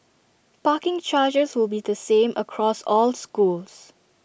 parking charges will be the same across all schools